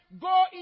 Go